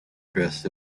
dressed